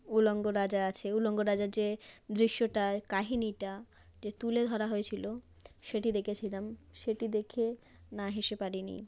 উলঙ্গ রাজা আছে উলঙ্গ রাজার যে দৃশ্যটায় কাহিনিটা যে তুলে ধরা হয়েছিল সেটি দেখেছিলাম সেটি দেখে না হেসে পারিনি